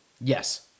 Yes